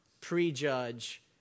prejudge